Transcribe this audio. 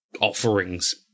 offerings